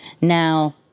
Now